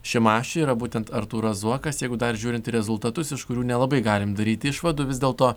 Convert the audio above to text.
šimašiui yra būtent artūras zuokas jeigu dar žiūrint į rezultatus iš kurių nelabai galim daryti išvadų vis dėlto